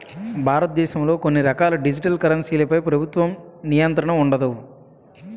భారతదేశంలో కొన్ని రకాల డిజిటల్ కరెన్సీలపై ప్రభుత్వ నియంత్రణ ఉండదు